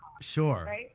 Sure